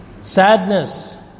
Sadness